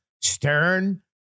Stern